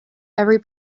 every